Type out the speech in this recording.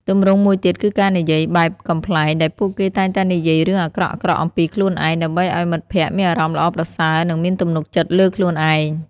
ទម្រង់មួយទៀតគឺការនិយាយបែបកំប្លែងដែលពួកគេតែងតែនិយាយរឿងអាក្រក់ៗអំពីខ្លួនឯង ដើម្បីឱ្យមិត្តភក្តិមានអារម្មណ៍ល្អប្រសើរនិងមានទំនុកចិត្តលើខ្លួនឯង។